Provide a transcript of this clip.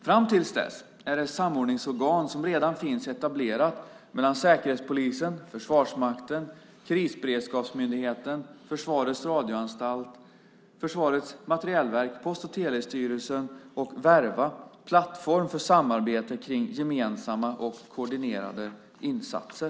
Fram till dess är det samordningsorgan som redan finns etablerat mellan Säkerhetspolisen, Försvarsmakten, Krisberedskapsmyndigheten, Försvarets radioanstalt, Försvarets materielverk, Post och telestyrelsen och Verva plattform för samarbete kring gemensamma och koordinerade insatser.